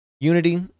Unity